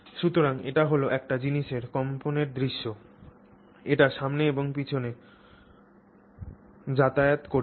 সুতরাং এটি হল একটা জিনিসের কম্পনের দৃশ্য এটি সামনে এবং পেছনে যাতায়াত করছে